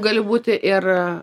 gali būti ir